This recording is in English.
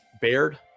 Baird